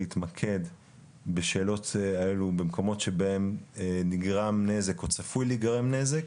נכון להתמקד בשאלות האלו במקומות שבהם נגרם נזק או צפוי להיגרם נזק,